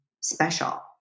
special